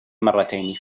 مرتين